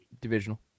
Divisional